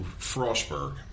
Frostburg